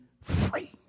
free